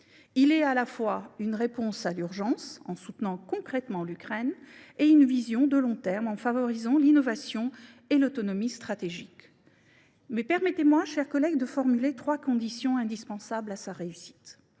Il est à la fois une réponse à l’urgence, en soutenant concrètement l’Ukraine, et une vision de long terme, en favorisant l’innovation et l’autonomie stratégique. Toutefois, permettez moi, mes chers collègues, de formuler trois conditions indispensables à sa réussite.